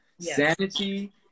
sanity